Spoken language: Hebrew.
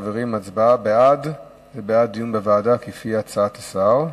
בעד זה בעד דיון בוועדה, לפי הצעת השר.